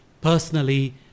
personally